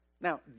Now